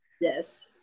yes